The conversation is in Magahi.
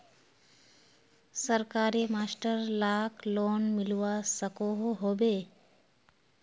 सरकारी मास्टर लाक लोन मिलवा सकोहो होबे?